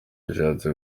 yashatse